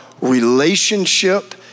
relationship